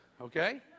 Okay